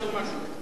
החזיר לי את העט.